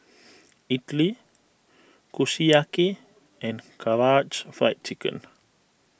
Idili Kushiyaki and Karaage Fried Chicken